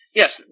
yes